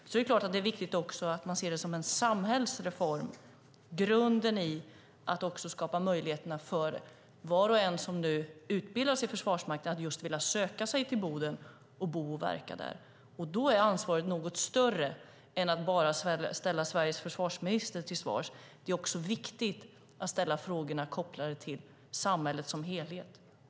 Det är viktigt att man också ser den som en samhällsreform som skapar grunden för att var och en som utbildar sig inom Försvarsmakten ska ha möjlighet att söka sig till Boden och bo och verka där. Då är ansvaret något större än att bara ställa Sveriges försvarsminister till svars. Det är också viktigt att ställa frågorna kopplade till samhället som helhet.